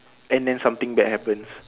and then something bad happens